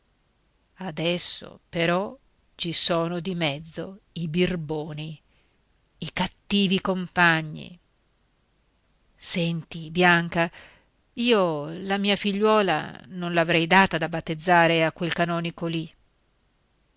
adesso però ci sono di mezzo i birboni i cattivi compagni senti bianca io la mia figliuola non l'avrei data da battezzare a quel canonico lì